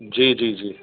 जी जी जी